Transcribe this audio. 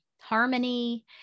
harmony